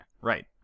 Right